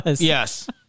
Yes